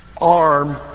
arm